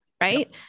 right